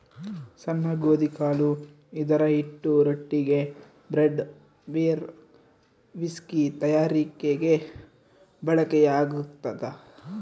ಸಣ್ಣ ಗೋಧಿಕಾಳು ಇದರಹಿಟ್ಟು ರೊಟ್ಟಿಗೆ, ಬ್ರೆಡ್, ಬೀರ್, ವಿಸ್ಕಿ ತಯಾರಿಕೆಗೆ ಬಳಕೆಯಾಗ್ತದ